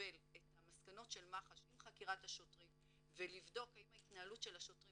שנקבל את מסקנות מח"ש עם חקירת השוטרים ולבדוק האם התנהלות השוטרים